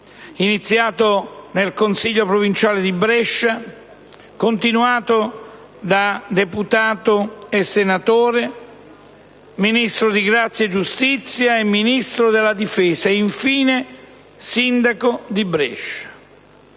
iniziato nel consiglio provinciale di Brescia, continuato da deputato e senatore, Ministro di grazia e giustizia e Ministro della difesa, infine sindaco di Brescia.